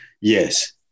yes